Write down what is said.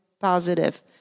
positive